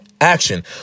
action